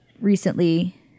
recently